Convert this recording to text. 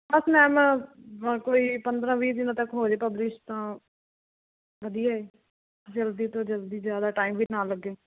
ਬਸ ma'am ਕੋਈ ਪੰਦਰਾਂ ਵੀਹ ਦਿਨਾਂ ਤੱਕ ਹੋਜੇ ਪਬਲਿਸ਼ ਤਾਂ ਵਧੀਆ ਐ ਜਲਦੀ ਤੋਂ ਜਲਦੀ ਜਿਆਦਾ ਟਾਈਮ ਵੀ ਨਾ ਲੱਗੇ